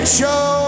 show